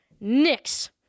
Knicks